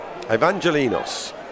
Evangelinos